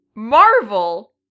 Marvel